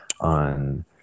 on